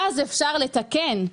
רק אז אפשר לתקן,